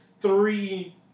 three